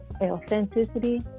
authenticity